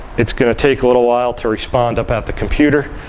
it's going to take a little while to respond up at the computer.